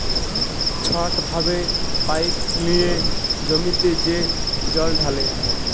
ছট ভাবে পাইপ লিঁয়ে জমিতে যে জল ঢালে